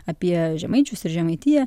apie žemaičius ir žemaitiją